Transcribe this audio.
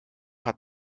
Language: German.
hat